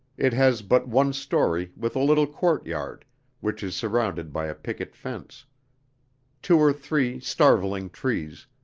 it has but one story with a little courtyard which is surrounded by a picket fence two or three starveling trees,